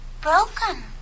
Broken